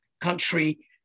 country